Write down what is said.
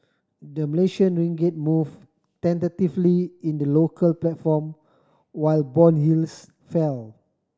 the Malaysian ringgit moved tentatively in the local platform while bond yields fell